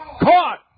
caught